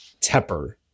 Tepper